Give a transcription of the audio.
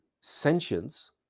sentience